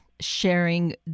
sharing